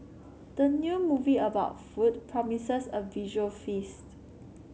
the new movie about food promises a visual feast